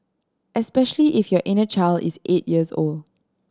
especially if your inner child is eight years old